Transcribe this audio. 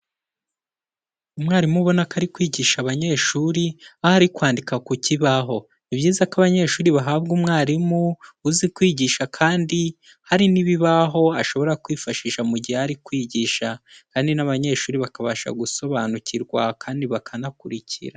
Umwarimu ubona ko ari kwigisha abanyeshuri, aho ari kwandika ku kibaho, ni byiza ko abanyeshuri bahabwa umwarimu uzi kwigisha kandi hari n'ibibaho ashobora kwifashisha mu gihe ari kwigisha kandi n'abanyeshuri bakabasha gusobanukirwa kandi bakanakurikira.